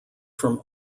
from